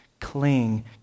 Cling